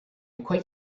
quite